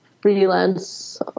freelance